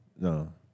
No